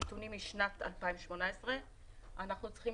הנתונים הם משנת 2018 ואנחנו צריכים